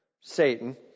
Satan